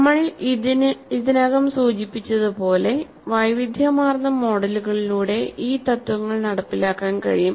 നമ്മൾ ഇതിനകം സൂചിപ്പിച്ചതുപോലെ വൈവിധ്യമാർന്ന മോഡലുകളിലൂടെ ഈ തത്വങ്ങൾ നടപ്പിലാക്കാൻ കഴിയും